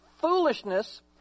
foolishness